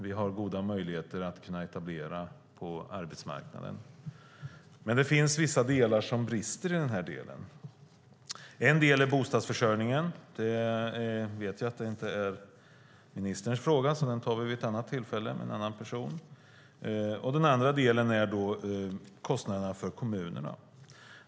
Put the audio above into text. Vi har goda möjligheter att kunna etablera nyanlända på arbetsmarknaden. Men det finns vissa delar som brister. En del är bostadsförsörjningen. Det vet jag inte är ministerns fråga, så den tar vi vid ett annat tillfälle med en annan person. Den andra delen är kostnaderna för kommunerna.